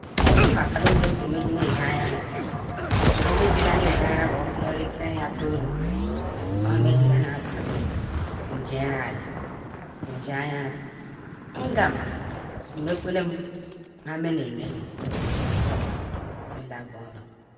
ODOmagala nga menigi oshi agara han menggal oshi ayaran bu etakiritolu ohari may gigai nu ashin a yanran ngam mmenkwelen han mename befor ma borol